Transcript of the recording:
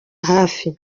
hafi